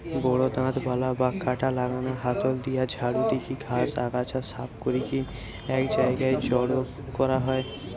বড় দাঁতবালা বা কাঁটা লাগানা হাতল দিয়া ঝাড়ু দিকি ঘাস, আগাছা সাফ করিকি এক জায়গায় জড়ো করা হয়